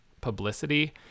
publicity